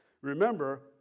Remember